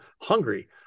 hungry